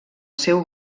seu